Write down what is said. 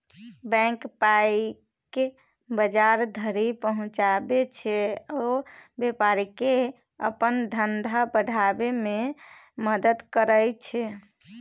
bank पाइकेँ बजार धरि पहुँचाबै छै आ बेपारीकेँ अपन धंधा बढ़ाबै मे मदद करय छै